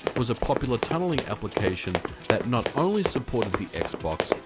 was a popular tunneling application that not only supported the xbox,